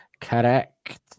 Correct